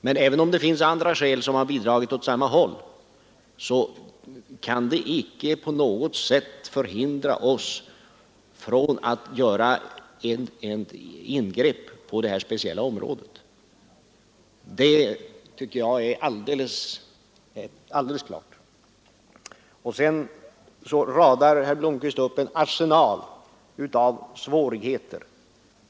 Men även om andra orsaker har bidragit att föra utvecklingen åt samma håll, kan det icke på något sätt hindra oss att göra ett ingrepp på det här speciella området. Det tycker jag är alldeles klart. Sedan radar herr Blomkvist upp en mängd av svårigheter.